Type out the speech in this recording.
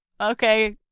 Okay